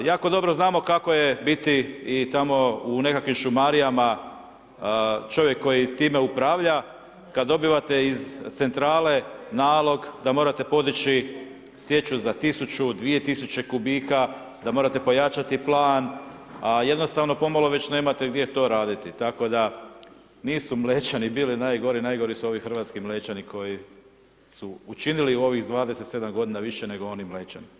Jako dobro znamo kako je biti i tamo u nekakvim šumarijama, čovjek koji time upravlja, kad dobivate iz centrale nalog da morate podići sječu za 1000, 2000 kubika, da morate pojačati plan a jednostavno pomalo već nemate gdje to raditi tako da nisu Mlečani bili najgori, najgori su ovi hrvatski Mlečani koji su učinili u ovih 27 godina više nego oni Mlečani.